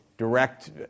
direct